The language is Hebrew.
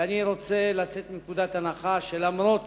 ואני רוצה לצאת מנקודת הנחה שלמרות